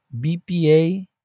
BPA